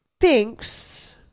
thinks